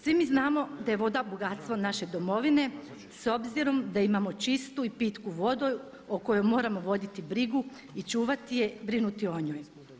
Svi mi znamo da je voda bogatstvo naše domovine s obzirom da imamo čistu i pitku vodu o kojoj moramo voditi brigu i čuvati je, brinuti o njoj.